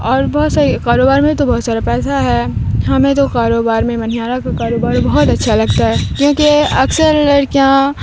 اور بہت ساری کاروبار میں تو بہت سارا پیسہ ہے ہمیں تو کاروبار میں منیہارا کا کاروبار بہت اچھا لگتا ہے کیونکہ اکثر لڑکیاں